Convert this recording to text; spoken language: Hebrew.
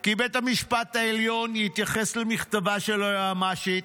כי בית המשפט העליון יתייחס למכתבה של היועמ"שית,